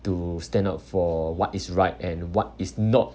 to stand up for what is right and what is not